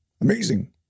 Amazing